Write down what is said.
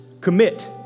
commit